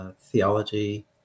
Theology